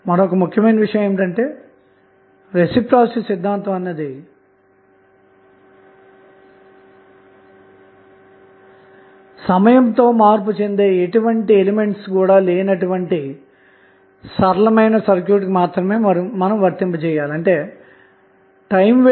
మరొక ముఖ్య విషయం ఏమిటంటే రెసిప్రొసీటీ సిద్ధాంతం అన్నది సమయంతో మార్పు చెందే ఎటువంటి మూలకాలు లేనటువంటి సరళమైన సర్క్యూట్ కి మాత్రమే వర్తింపజేయాలి